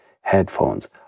headphones